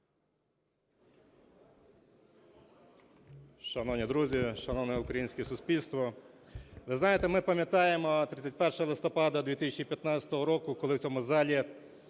Шановні друзі, шановне українське суспільство! Ви знаєте, ми пам’ятаємо 31 листопада 2015 року, коли в цьому залі